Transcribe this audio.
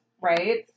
Right